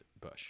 Bush